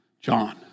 John